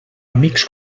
amics